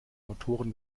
motoren